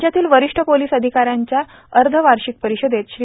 राज्यातील वरिष्ठ पोलीस अधिकाऱ्यांच्या अर्धवार्षिक परिषदेत श्री